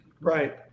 Right